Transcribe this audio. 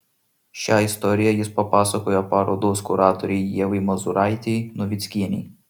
šią istoriją jis papasakojo parodos kuratorei ievai mazūraitei novickienei